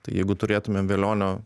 tai jeigu turėtumėm velionio